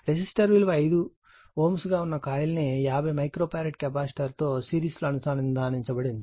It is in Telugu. రెసిస్టర్ విలువ 5 Ω ఉన్న కాయిల్ ను 50 మైక్రో ఫారడ్ కెపాసిటర్తో సిరీస్లో అనుసంధానించబడి ఉంది